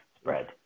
spread